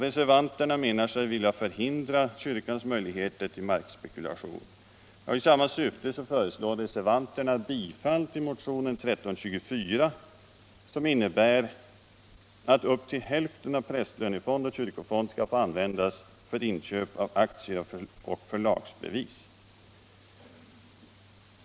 Reservanterna menar sig vilja förhindra kyrkans möjligheter till markspekulation. I samma syfte föreslår reservanterna bifall till motionen 1324 som innebär att upp till hälften av prästlönefond och kyrkofond skall få användas till inköp av aktier och förlagsbevis.